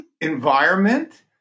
environment